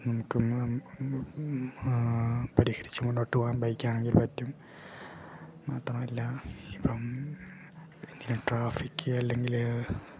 നമുക്കൊന്ന് ഒന്ന് പരിഹരിച്ച് മൂന്നോട്ടു പോവാൻ ബൈക്കാണെങ്കിൽ പറ്റും മാത്രമല്ല ഇപ്പം എന്തെങ്കിലും ട്രാഫിക്ക് അല്ലെങ്കിൽ